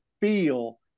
feel